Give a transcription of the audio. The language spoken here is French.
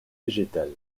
végétales